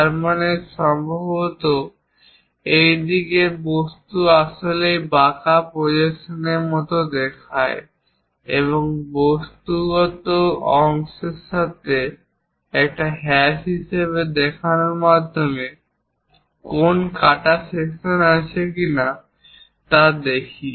তার মানে সম্ভবত এই দিকে বস্তুটি আসলেই বাঁকানো প্রজেকশনের মতো দেখায় এবং বস্তুগত অংশের সাথে একটি হ্যাশ হিসাবে দেখানোর মাধ্যমে কোন কাটা সেকশন আছে কিনা তা দেখি